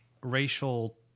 racial